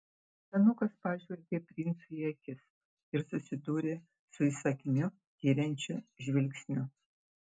senukas pažvelgė princui į akis ir susidūrė su įsakmiu tiriančiu žvilgsniu